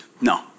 no